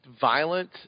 violent